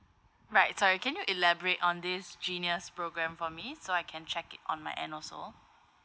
right sorry can you elaborate on this genius programme for me so I can check it on my end also